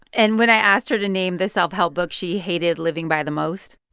and when i asked her to name the self-help book she hated living by the most.